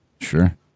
Sure